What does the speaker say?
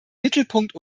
mittelpunkt